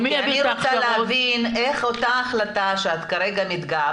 אני רוצה להבין איך אותה החלטה שאת כרגע מתגאה